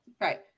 Right